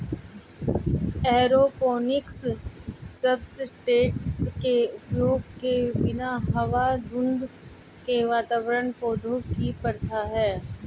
aeroponics substrate के उपयोग के बिना हवा धुंध के वातावरण पौधों की प्रथा है